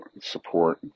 support